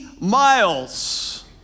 miles